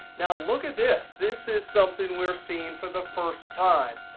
now look at this. this is something we're seeing for the first time.